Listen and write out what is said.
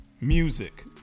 music